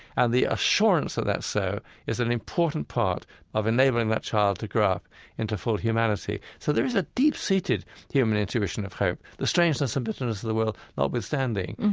and the assurance that that's so is an important part of enabling that child to grow up into full humanity. so there is a deep-seated human intuition of hope, the strangeness and bitterness of the world notwithstanding.